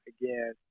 again